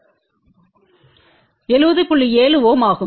7 Ω ஆகும்